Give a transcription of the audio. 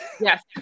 Yes